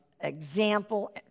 example